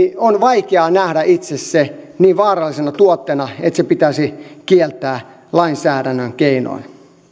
on vaikea nähdä se niin vaarallisena tuotteena että se pitäisi kieltää lainsäädännön keinoin